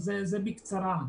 זה בקצרה.